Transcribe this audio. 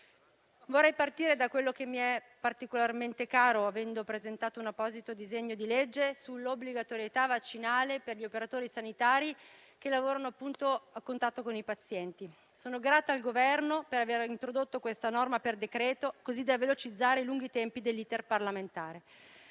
Vorrei partire da quello che mi è particolarmente caro, avendo presentato un apposito disegno di legge sull'obbligatorietà vaccinale per gli operatori sanitari che lavorano a contatto con i pazienti. Sono grata al Governo per aver introdotto questa norma per decreto, così da velocizzare i lunghi tempi dell'*iter* parlamentare.